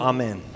Amen